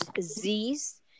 Z's